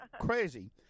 Crazy